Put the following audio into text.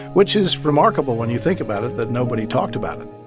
which is remarkable, when you think about it, that nobody talked about it.